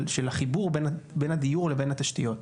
של החיבור בין הדיור לבין התשתיות.